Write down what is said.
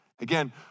Again